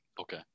Okay